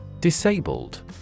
Disabled